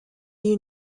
you